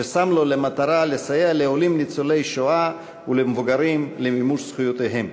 ששם לו למטרה לסייע לעולים ניצולי שואה ולמבוגרים למימוש זכויותיהם.